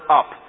up